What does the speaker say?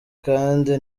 kandi